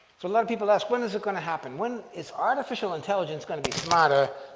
so lot of people ask, when is it going to happen? when is artificial intelligence going to be smarter